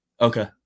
okay